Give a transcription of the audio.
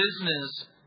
business